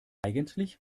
eigentlich